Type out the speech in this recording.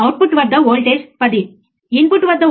output వోల్టేజ్లో మార్పు ఏమిటి